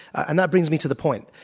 and that brings me to the point,